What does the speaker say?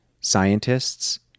scientists